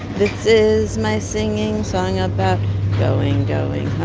this is my singing song about going, going